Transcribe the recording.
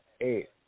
eight